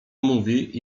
mówi